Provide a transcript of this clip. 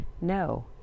no